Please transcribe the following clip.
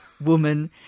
woman